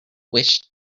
wish